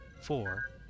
four